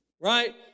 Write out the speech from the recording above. right